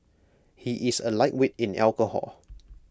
he is A lightweight in alcohol